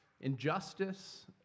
injustice